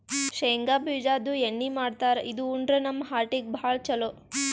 ಶೇಂಗಾ ಬಿಜಾದು ಎಣ್ಣಿ ಮಾಡ್ತಾರ್ ಇದು ಉಂಡ್ರ ನಮ್ ಹಾರ್ಟಿಗ್ ಭಾಳ್ ಛಲೋ